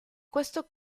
questo